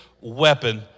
weapon